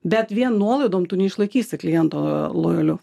bet vien nuolaidom tu neišlaikysi kliento lojaliu